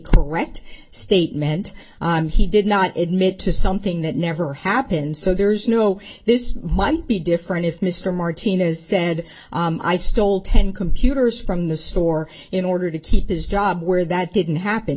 correct statement on he did not admit to something that never happened so there's no this might be different if mr martinez said i stole ten computers from the store in order to keep his job where that didn't happen